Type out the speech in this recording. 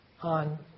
on